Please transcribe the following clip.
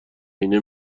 عینه